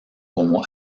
como